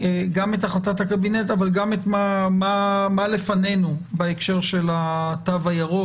גם את החלטת הקבינט אבל גם את מה לפנינו בהקשר של התו הירוק,